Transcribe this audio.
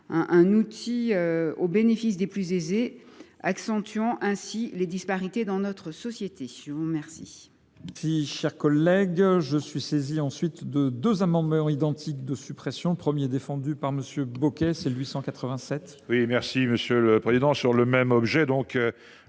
un outil au bénéfice des plus aisés, accentuant ainsi les disparités dans notre société. Je